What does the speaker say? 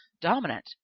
dominant